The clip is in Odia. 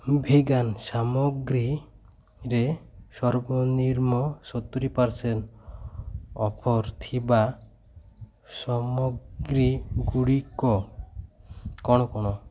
ଭେଗାନ୍ ସାମଗ୍ରୀରେ ସର୍ବନିମ୍ନ ସତୁରୀ ପରସେଣ୍ଟ୍ ଅଫର୍ ଥିବା ସାମଗ୍ରୀଗୁଡ଼ିକ କ'ଣ କ'ଣ